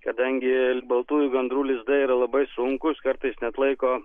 kadangi baltųjų gandrų lizdai yra labai sunkūs kartais neatlaiko